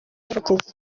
yerekeza